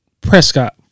Prescott